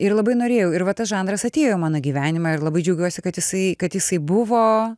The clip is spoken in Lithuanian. ir labai norėjau ir va tas žanras atėjo į mano gyvenimą ir labai džiaugiuosi kad jisai kad jisai buvo